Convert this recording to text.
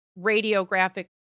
radiographic